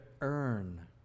earn